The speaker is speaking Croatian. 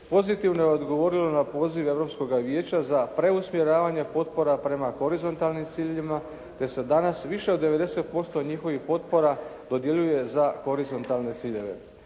pozitivno je odgovorilo na poziv Europskoga vijeća za preusmjeravanje potpora prema horizontalnim ciljevima te se danas više od 90% njihovih potpora dodjeljuje za horizontalne ciljeve.